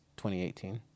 2018